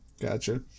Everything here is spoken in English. Gotcha